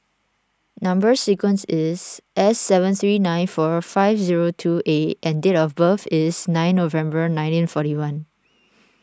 Number Sequence is S seven three nine four five zero two A and date of birth is nine November nineteen forty one